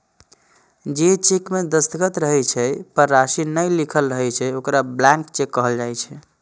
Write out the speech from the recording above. जे चेक मे दस्तखत रहै छै, पर राशि नै लिखल रहै छै, ओकरा ब्लैंक चेक कहल जाइ छै